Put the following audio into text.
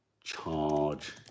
charge